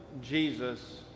Jesus